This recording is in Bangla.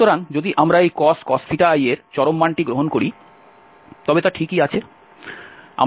সুতরাং যদি আমরা এই cos i এর চরম মানটি গ্রহণ করি তবে তা ঠিকই আছে